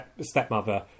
stepmother